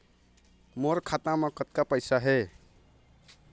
मोर खाता म कतक पैसा हे?